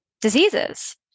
diseases